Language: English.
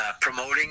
promoting